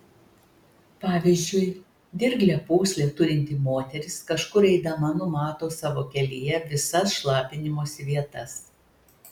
pavyzdžiui dirglią pūslę turinti moteris kažkur eidama numato savo kelyje visas šlapinimosi vietas